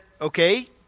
okay